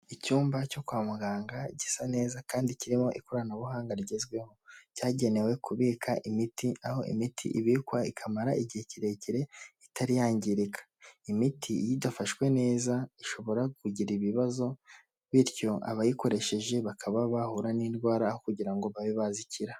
Icyumba cyo kwa muganga gisa neza kandi kirimo ikoranabuhanga rigezweho cyagenewe kubika imiti aho imiti ibikwa ikamara igihe kirekire itari yangirika, imiti iyo idafashwe neza ishobora kugira ibibazo bityo abayikoresheje bakaba bahura n'indwara aho kugira ngo babe bazikira.